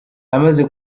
amaze